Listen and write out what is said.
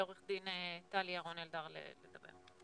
לעורכת הדין טלי ירון-אלדר לדבר,